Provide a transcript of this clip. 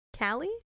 Callie